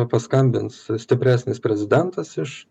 paskambins stipresnis prezidentas iš